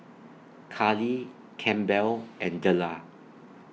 Karli Campbell and Dellar